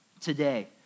today